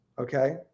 Okay